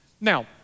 Now